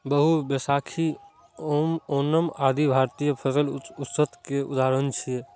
बीहू, बैशाखी, ओणम आदि भारतीय फसल उत्सव के उदाहरण छियै